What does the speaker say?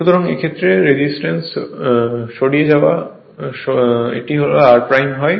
সুতরাংএই ক্ষেত্রে রেজিস্ট্যান্সের সরিয়া যাত্তয়া ক্ষেত্রে এটা R হয়